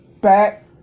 back